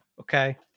Okay